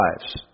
lives